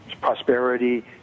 prosperity